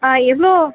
ஆ எவ்வளோ